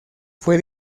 fue